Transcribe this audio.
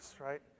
right